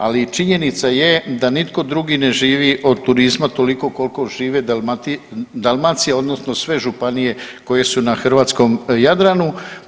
Ali činjenica je da nitko drugi ne živi od turizma toliko koliko žive Dalmacija odnosno sve županije koje su na hrvatskom Jadranu.